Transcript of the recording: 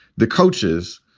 the coaches,